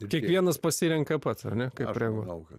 kiekvienas pasirenka pats ar ne kaip reaguot